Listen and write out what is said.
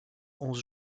onze